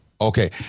okay